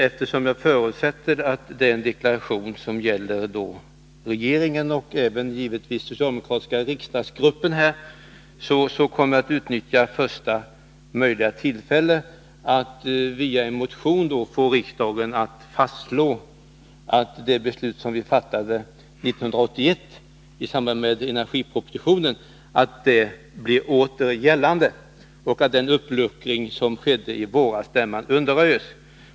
Eftersom jag förutsätter att deklarationen gäller regeringen och givetvis även den socialdemokratiska riksdagsgruppen, kommer jag att utnyttja första möjliga tillfälle att via en motion få riksdagen att se till att det beslut som fattades 1981 i samband med energipropositionen åter blir gällande, så att den uppluckring som skedde i våras därmed undanröjs.